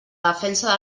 defensa